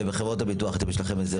ובחברת הביטוח יש לכם איזה רשימה?